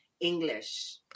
english